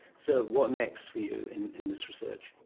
so what next for you in in this research?